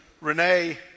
Renee